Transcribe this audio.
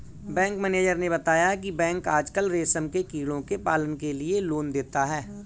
bank manager ने बताया की बैंक आजकल रेशम के कीड़ों के पालन के लिए लोन देता है